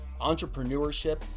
entrepreneurship